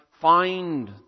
find